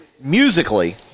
Musically